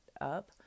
up